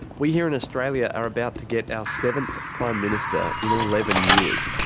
we here in australia are about to get our seventh prime minister in eleven years,